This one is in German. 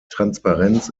transparenz